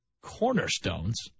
Cornerstones